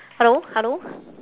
hello hello